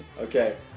Okay